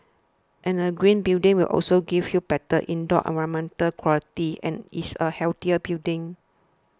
and a green building will also give you better indoor environmental quality and is a healthier building